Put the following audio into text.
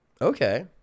okay